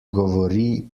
govori